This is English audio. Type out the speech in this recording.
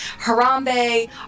Harambe